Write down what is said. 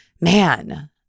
Man